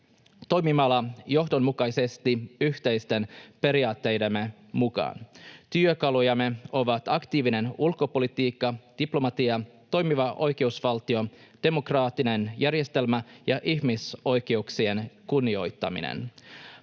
Toimimalla johdonmukaisesti yhteisten periaatteidemme mukaan. Työkalujamme ovat aktiivinen ulkopolitiikka, diplomatia, toimiva oikeusvaltio, demokraattinen järjestelmä ja ihmisoikeuksien kunnioittaminen.